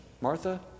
Martha